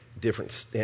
different